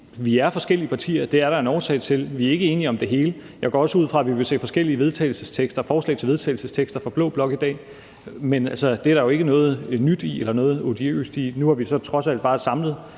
vi er forskellige partier, og det er der en årsag til. Vi er ikke enige om det hele. Jeg går også ud fra, at vi vil se forskellige vedtagelsestekster fra blå blok i dag, men det er der jo ikke noget nyt eller odiøst i. Nu har vi så trods alt bare samlet